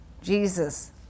Jesus